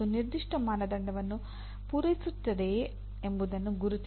ಅದು ನಿರ್ದಿಷ್ಟ ಮಾನದಂಡವನ್ನು ಪೂರೈಸುತ್ತದೆಯೇ ಎಂಬುದನ್ನು ಗುರುತಿಸಿ